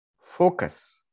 focus